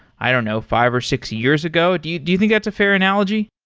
i don't know, five or six years ago. do you do you think that's a fair analogy?